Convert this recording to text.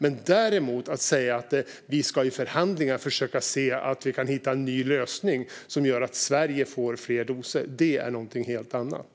Att däremot säga att vi i förhandlingar ska försöka hitta en ny lösning som gör att Sverige får fler doser är något helt annat.